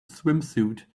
swimsuit